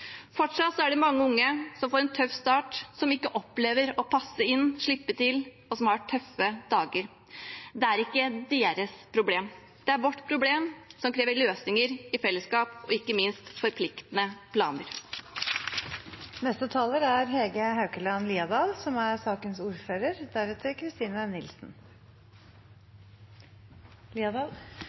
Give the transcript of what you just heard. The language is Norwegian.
Fortsatt er det mange unge som får en tøff start, som ikke opplever å passe inn, slippe til, og som har tøffe dager. Det er ikke deres problem. Det er vårt problem, og det krever løsninger i fellesskap og ikke minst forpliktende